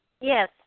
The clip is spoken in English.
Yes